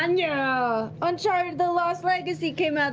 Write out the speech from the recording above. um yeah. uncharted the lost legacy came ah